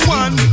one